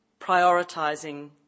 prioritising